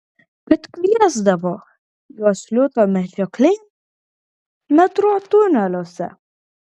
kad kviesdavo juos liūto medžioklėn metro tuneliuose